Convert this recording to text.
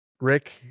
Rick